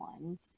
ones